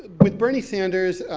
with bernie sanders,